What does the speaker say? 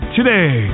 today